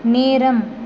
நேரம்